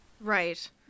right